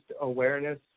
awareness